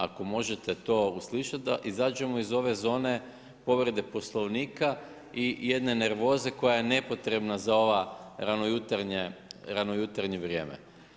Ako možete to uslišiti da izađemo iz ove zone povrede Poslovnika i jedne nervoze koja je nepotrebna za ovo ranojutarnje vrijeme.